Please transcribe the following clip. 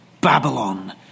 Babylon